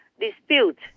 dispute